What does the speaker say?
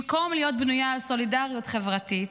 במקום להיות בנויה על סולידריות חברתית,